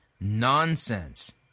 nonsense